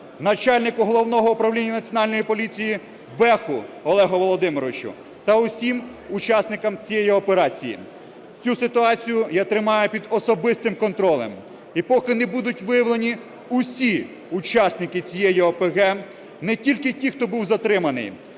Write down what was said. начальнику Головного управління Національної поліції Беху Олегу Володимировичу та усім учасникам цієї операції. Цю ситуацію я тримаю під особистим контролем. І поки не будуть виявлені усі учасники цієї ОПГ, не тільки ті, хто був затриманий,